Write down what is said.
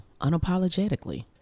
unapologetically